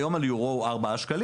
היום היורו הוא 4 שקלים,